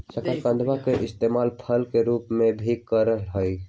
शकरकंदवा के इस्तेमाल फल के रूप में भी करा हई